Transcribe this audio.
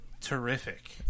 terrific